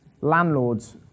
landlords